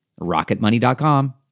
rocketmoney.com